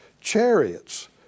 chariots